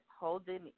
holding